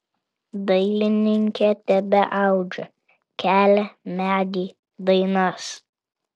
dailininkė tebeaudžia kelią medį dainas